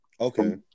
okay